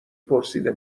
پرسیده